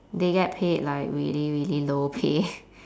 they get paid like really really low pay